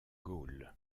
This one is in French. gaules